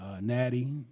Natty